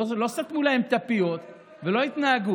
לא סתמו להם את הפיות ולא התנהגו,